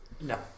No